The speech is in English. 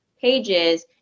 pages